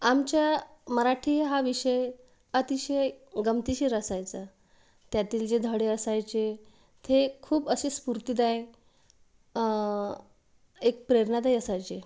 आमच्या मराठी हा विषय अतिशय गमतीशीर असायचा त्यातील जे धडे असायचे ते खूप असे स्फूर्तिदायक एक प्रेरणादायी असायचे